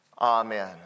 Amen